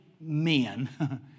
men